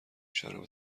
شراب